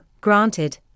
granted